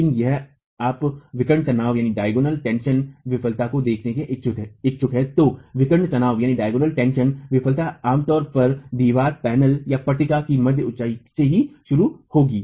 लेकिन यदि आप विकर्ण तनाव विफलता को देखने के इच्छुक हैं तो विकर्ण तनाव विफलता आमतौर पर दीवार पैनलपट्टिका की मध्य ऊंचाई से ही शुरू होगी